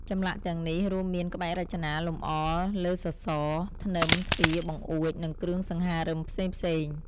ចម្លាក់ទាំងនេះរួមមានក្បាច់រចនាលម្អលើសសរ ធ្នឹម ទ្វារ បង្អួច និងគ្រឿងសង្ហារឹមផ្សេងៗ។